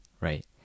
right